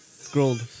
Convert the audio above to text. scrolled